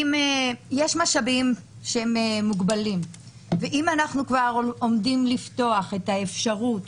אם יש משאבים מוגבלים ואם אנחנו כבר עומדים לפתוח את האפשרות